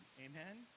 amen